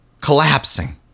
collapsing